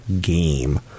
game